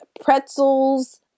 pretzels